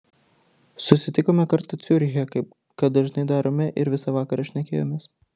susitikome kartą ciuriche kaip kad dažnai darome ir visą vakarą šnekėjomės